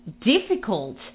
difficult